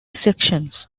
sections